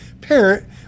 parent